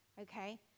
Okay